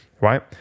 right